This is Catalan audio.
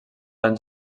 anys